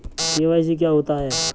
KYC क्या होता है?